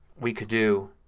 we could do